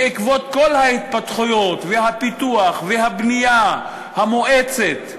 בעקבות כל ההתפתחויות, והפיתוח והבנייה המואצת,